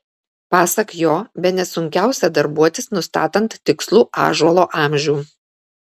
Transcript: pasak jo bene sunkiausia darbuotis nustatant tikslų ąžuolo amžių